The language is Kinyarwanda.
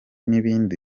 n’ibindi